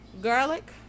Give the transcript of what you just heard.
garlic